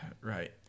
Right